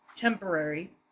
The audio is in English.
temporary